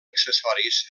accessoris